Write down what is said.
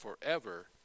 forever